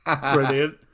Brilliant